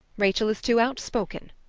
rachel is too outspoken.